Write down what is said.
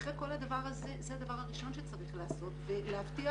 אחרי כל הדבר הזה זה הדבר הראשון שצריך לעשות ולהבטיח